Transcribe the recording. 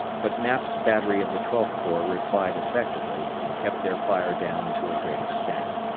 but knap's battery of the twelfth corps replied effectively and kept their fire down to a great extent.